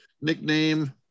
nickname